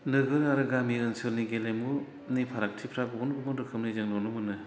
नोगोर आरो गामि ओनसोलनि गेलेमुनि फारागथिफोरा गुबुन गुबुन रोखोमनि जों नुनो मोनो